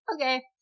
okay